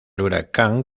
huracán